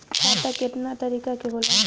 खाता केतना तरीका के होला?